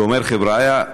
ואומר: חבריא,